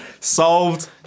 Solved